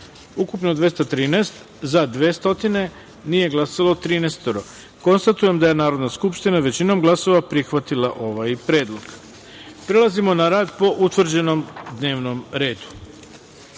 ukupno 213, za – 200, nije glasalo – 13.Konstatujem da je Narodna skupština većinom glasova prihvatila ovaj predlog. Prelazimo na rad po utvrđenom dnevnom redu. Pre